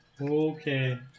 Okay